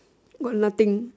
what nothing